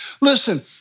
Listen